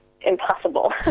impossible